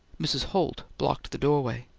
mrs holt blocked the doorway.